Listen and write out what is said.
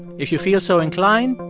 if you feel so inclined,